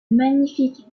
magnifique